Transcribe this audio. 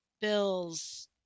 Bill's